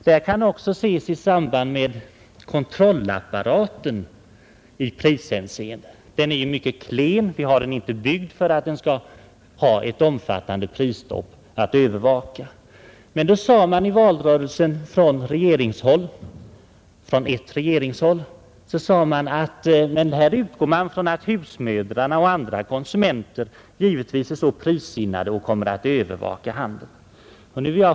Detta kan också ses i samband med kontrollapparaten i prishänseende. Den är mycket klen — den är inte byggd för övervakning av ett omfattande prisstopp. I valrörelsen sades då av en regeringsmedlem att man utgår från att husmödrarna och andra konsumenter är så prissinnade, att de kommer att övervaka handeln.